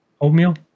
Oatmeal